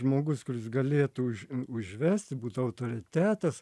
žmogus kuris galėtų užvesti būt autoritetas